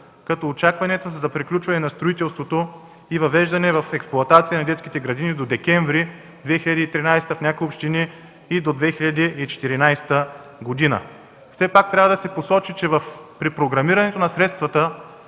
като очакванията за приключване на строителството и въвеждане в експлоатация на детските градини са до декември 2013 г., в някои общини и до 2014 г. Все пак трябва да се посочи, че при програмирането на средствата